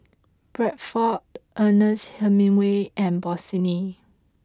Bradford Ernest Hemingway and Bossini